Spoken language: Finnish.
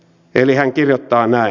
hän kirjoittaa näin